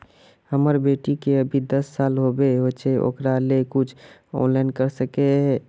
हमर बेटी के अभी दस साल होबे होचे ओकरा ले कुछ ऑनलाइन कर सके है?